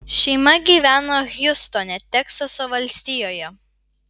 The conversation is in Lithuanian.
šeima gyveno hjustone teksaso valstijoje